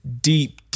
deep